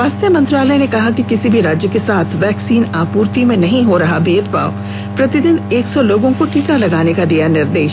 स्वास्थ्य मंत्रालय ने कहा कि किसी भी राज्य के साथ वैक्सीन आपूर्ति में नहीं हो रहा भेदभाव प्रतिदिन एक सौ लोगों को टीका लगाने का दिया निर्देश